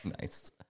Nice